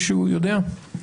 אנחנו